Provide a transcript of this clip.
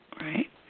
right